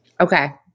Okay